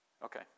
Okay